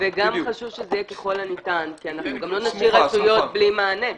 וגם חשוב שזה יהיה ככל הניתן כי אנחנו גם לא נשאיר רשויות ללא מענה.